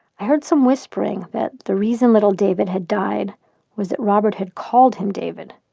i heard some whispering that the reason little david had died was that robert had called him david.